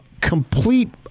complete